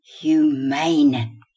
humane